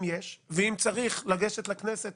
ואם צריך אז גם לגשת לכנסת